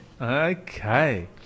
Okay